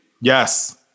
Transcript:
Yes